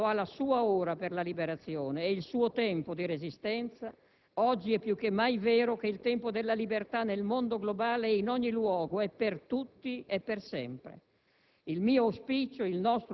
E se è vero che ogni popolo ha la sua ora per la liberazione e il suo tempo di resistenza, oggi è più che mai vero che il tempo della libertà nel mondo globale è in ogni luogo, è per tutti, è per sempre.